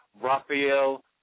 Rafael